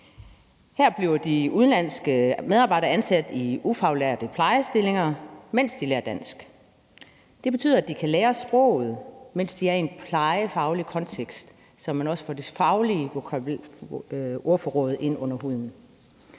Her bliver de udenlandske medarbejdere ansat som ufaglærte i plejestillinger, mens de lærer dansk. Det betyder, at de kan lære sproget, mens de er i en plejefaglig kontekst, så de også får det faglige ordforråd ind under huden.